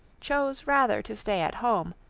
chose rather to stay at home,